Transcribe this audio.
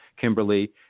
Kimberly